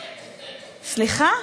סליחה?